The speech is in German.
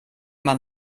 man